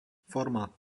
forma